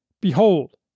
Behold